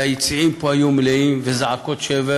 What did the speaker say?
והיציעים פה היו מלאים בזעקות שבר